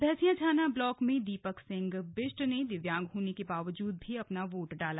Bhainsiyachhana block में दीपक सिंह बिष्ट ने दिव्यांग होने के बावजूद भी अपना वोट डाला